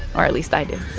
or at least i do